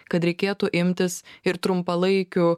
kad reikėtų imtis ir trumpalaikių